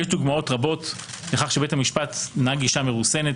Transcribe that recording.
יש דוגמאות רבות לכך שבית המשפט נהג גישה מרוסנת